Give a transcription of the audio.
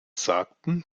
sagten